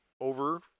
over